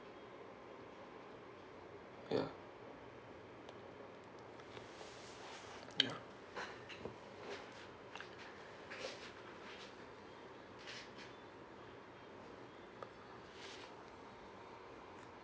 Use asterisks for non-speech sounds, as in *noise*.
ya *noise* ya